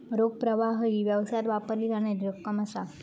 रोख प्रवाह ही व्यवसायात वापरली जाणारी रक्कम असा